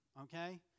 okay